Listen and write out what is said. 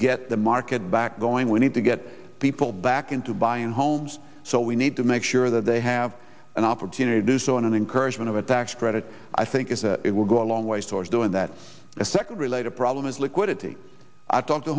get the market back going we need to get people back into buying homes so we need to make sure that they have an opportunity to do so in an encouragement of a tax credit i think is that it will go a long ways towards doing that a second related problem is liquidity i talked to